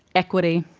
equity,